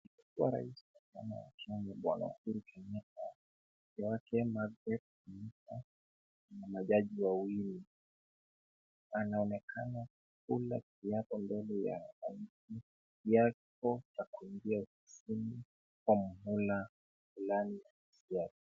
Aliyekuwa rais wa Kenya bwana Uhuru Kenyatta, mke wake Margaret Kenyatta na majaji wawili. Anaonekana kula kiapo mbele ya wananchi, kiapo cha kuingia ofisini kwa mhula fulani wa siasa.